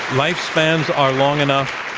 lifespans are long enough.